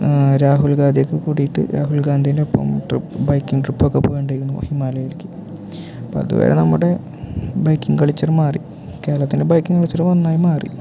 രാഹുൽ ഗാന്ധിയൊക്കെ കൂടിയിട്ട് രാഹുൽ ഗാന്ധിൻ്റെ ഒപ്പം ബൈക്കിങ് ട്രിപ്പൊക്കെ പോവാനു ണ്ടായിരുന്നു ഹിമാലയയിലേക്ക് അപ്പോൾ അതുവരെ നമ്മുടെ ബൈക്കിംഗ് കള്ച്ചറ് മാറി കേരളത്തിൻ്റെ ബൈക്കിങ് കൾച്ചറ് നന്നായി മാറി